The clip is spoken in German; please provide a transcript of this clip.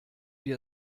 wir